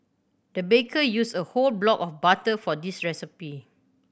the baker used a whole block of butter for this recipe